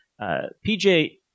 PJ